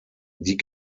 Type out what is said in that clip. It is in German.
die